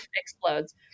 explodes